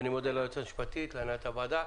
אני מודה ליועצת המשפטית, להנהלת הוועדה.